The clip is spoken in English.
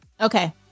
Okay